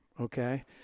Okay